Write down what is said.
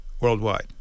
worldwide